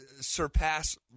surpass